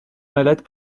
malade